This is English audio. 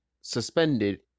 suspended